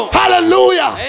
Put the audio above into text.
hallelujah